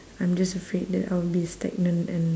I'm just afraid that I will be stagnant and